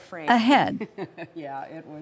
ahead